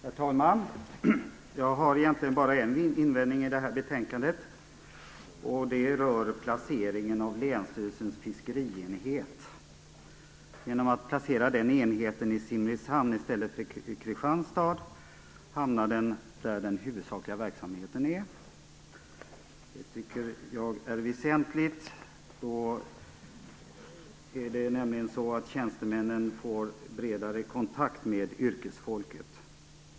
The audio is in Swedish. Herr talman! Jag har egentligen bara en invändning mot det här betänkandet. Den rör placeringen av länsstyrelsens fiskerienhet. Om man placerade den enheten i Simrishamn i stället för i Kristianstad skulle den hamna där den huvudsakliga verksamheten är. Jag tycker att det är väsentligt. Då får nämligen tjänstemännen en bredare kontakt med yrkesfolket.